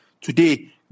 Today